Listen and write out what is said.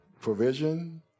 provision